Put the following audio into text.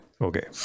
okay